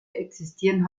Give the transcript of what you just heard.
existieren